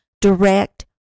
direct